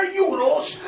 euros